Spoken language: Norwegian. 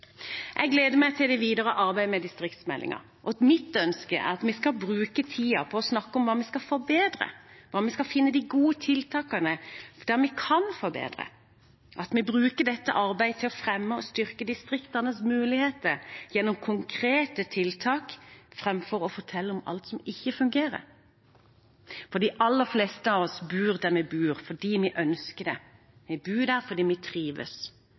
Jeg gleder meg til det videre arbeidet med distriktsmeldingen. Mitt ønske er at vi skal bruke tiden på å snakke om hva vi skal forbedre, hvordan vi skal finne de gode tiltakene der vi kan forbedre, at vi bruker dette arbeidet til å fremme og styrke distriktenes muligheter gjennom konkrete tiltak framfor å fortelle om alt som ikke fungerer – for de aller fleste av oss bor der vi bor fordi vi ønsker det. Vi bor der fordi vi trives.